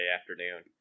afternoon